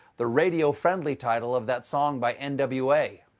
the radio-friendly title of that song by n w a.